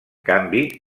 canvi